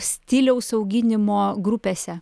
stiliaus auginimo grupėse